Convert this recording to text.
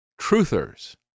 truthers